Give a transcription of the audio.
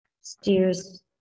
steers